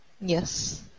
Yes